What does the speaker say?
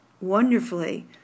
wonderfully